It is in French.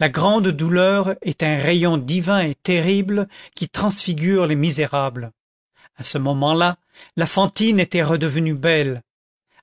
la grande douleur est un rayon divin et terrible qui transfigure les misérables à ce moment-là la fantine était redevenue belle